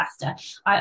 faster